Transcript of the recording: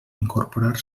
incorporar